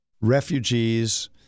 refugees